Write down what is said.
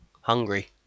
Hungry